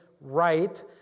right